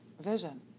vision